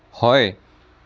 হয়